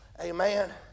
amen